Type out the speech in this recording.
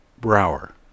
Brower